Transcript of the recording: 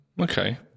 Okay